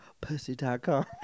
pussy.com